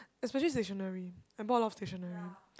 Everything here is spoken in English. especially stationary I bought a lot of stationary